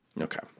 Okay